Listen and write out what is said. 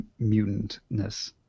mutantness